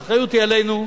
האחריות היא עלינו,